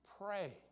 Pray